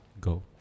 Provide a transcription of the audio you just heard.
Go